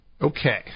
Okay